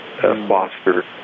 foster